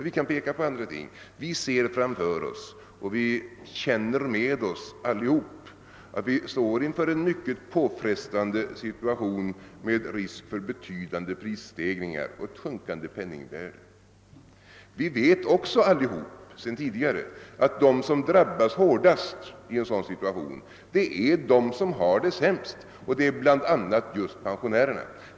Vi kan peka på andra ting också. Vi känner alla på oss att vi står inför en mycket påfrestande situation med risk för betydande prisstegringar och ett sjunkande penningvärde. Vi vet också alla sedan tidigare att de som drabbas hårdast i en sådan situation är de som har det sämst, och det är bl.a. just pensionärerna.